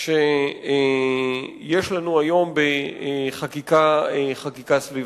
שיש לנו היום בחקיקה סביבתית.